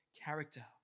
character